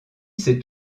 c’est